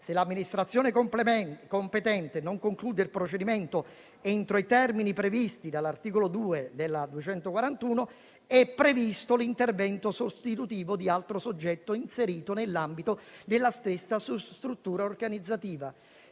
Se l'amministrazione competente non conclude il procedimento entro i termini previsti dall'articolo 2 della legge n. 241, è previsto l'intervento sostitutivo di altro soggetto inserito nell'ambito della stessa struttura organizzativa.